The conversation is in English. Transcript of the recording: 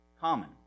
common